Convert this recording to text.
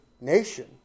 nation